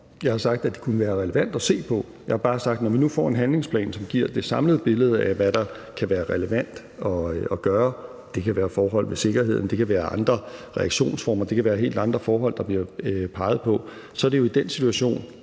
Jeg har sagt, at det kunne være relevant at se på, og jeg har bare sagt, at når vi nu får en handlingsplan, som giver det samlede billede af, hvad der kan være relevant at gøre – det kan være forhold ved sikkerheden, det kan være andre reaktionsformer, og det kan være helt andre forhold, der bliver peget på – er det jo i den situation,